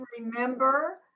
remember